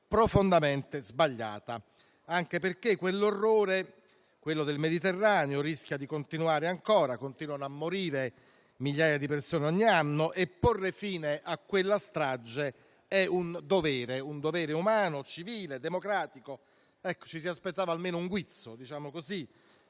profondamente sbagliata, anche perché quell'orrore, quello del Mediterraneo, rischia di continuare ancora: continuano a morire migliaia di persone ogni anno e porre fine a quella strage è un dovere umano, civile e democratico. Ci si sarebbe aspettati almeno un guizzo di